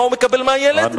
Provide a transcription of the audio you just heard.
מה הוא מקבל מהילד,